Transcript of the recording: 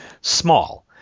small